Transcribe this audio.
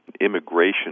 immigration